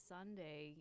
Sunday